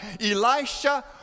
Elisha